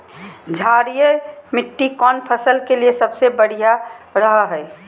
क्षारीय मिट्टी कौन फसल के लिए सबसे बढ़िया रहो हय?